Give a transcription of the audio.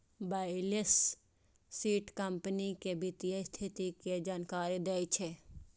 balance sheet company के वित्तीय स्थिति के जानकारी दै छै